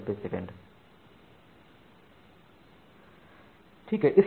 ठीक है